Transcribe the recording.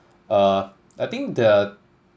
uh I think the